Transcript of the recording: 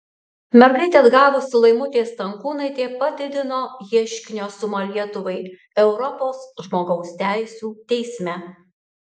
mergaitę atgavusi laimutė stankūnaitė padidino ieškinio sumą lietuvai europos žmogaus teisių teisme